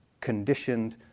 conditioned